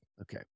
Okay